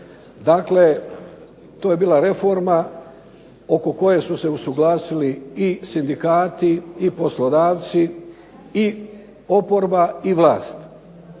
Dakle, to je bila reforma oko koje su se usuglasili i sindikati i poslodavci i oporba i vlast.